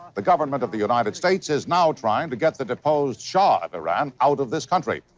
the government of the united states is now trying to get the deposed shah of iran out of this country.